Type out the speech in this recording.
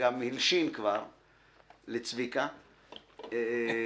שגם הלשין כבר לצביקה --- תקשיב,